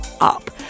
up